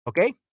Okay